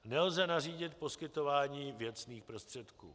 Nelze nařídit poskytování věcných prostředků.